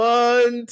one